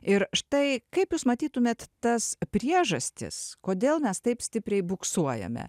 ir štai kaip jūs matytumėt tas priežastis kodėl mes taip stipriai buksuojame